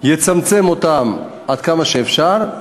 ולצמצם אותן עד כמה שאפשר,